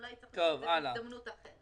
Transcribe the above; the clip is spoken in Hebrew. אולי צריך לעשות את זה בהזדמנות אחרת.